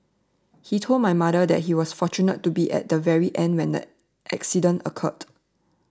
he told my mother that he was fortunate to be at the very end when the accident occurred